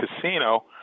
casino